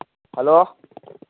hello